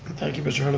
thank you but sort of